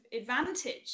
advantage